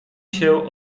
się